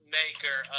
maker